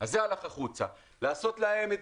יש מיני מסעדה ובחנויות מזון עושים צחוק מכולנו,